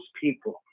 people